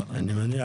אני מניח